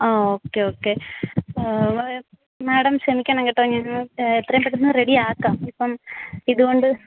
ആ okay okay madam ക്ഷമിക്കണം കേട്ടോ ഞങ്ങൾ എത്രയും പെട്ടെന്ന് റെഡിയാക്കാം ഇപ്പം ഇത് കൊണ്ട്